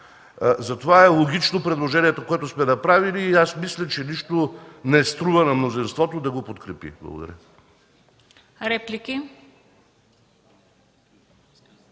Затова е логично предложението, което сме направили и аз мисля, че нищо не струва на мнозинството да го подкрепи. Благодаря.